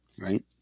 Right